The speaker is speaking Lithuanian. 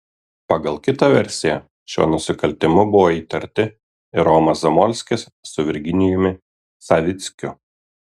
pagal kitą versiją šiuo nusikaltimu buvo įtarti ir romas zamolskis su virginijumi savickiu